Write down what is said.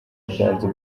byanze